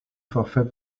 forfait